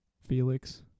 felix